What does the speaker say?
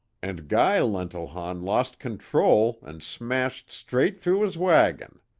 and guy lentilhon lost control and smashed straight through his wagon!